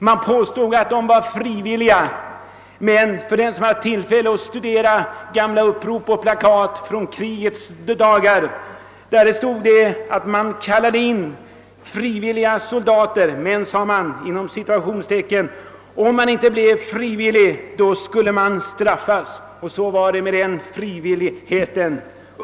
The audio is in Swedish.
Man påstod att de var frivilliga, men den som haft tillfälle att studera upprop och plakat från krigets dagar vet att det slogs fast att om man inte blev »frivillig», så skulle man straffas enligt gängse krigslagar. Så var det med den frivilligheten!